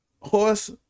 horse